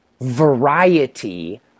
variety